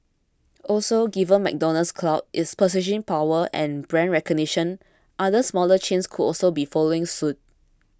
also given McDonald's clout its purchasing power and brand recognition other smaller chains could also be following suit